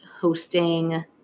hosting